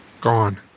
gone